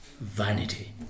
vanity